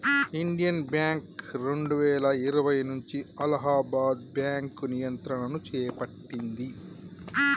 Indian Bank రెండువేల ఇరవై నుంచి అలహాబాద్ బ్యాంకు నియంత్రణను చేపట్టింది